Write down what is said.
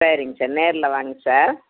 சரிங்க சார் நேரில் வாங்க சார்